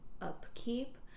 upkeep